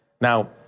Now